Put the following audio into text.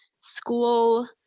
school